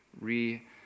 re